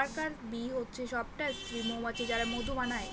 worker bee হচ্ছে সবকটা স্ত্রী মৌমাছি যারা মধু বানায়